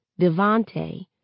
Devante